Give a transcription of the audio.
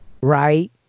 right